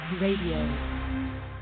Radio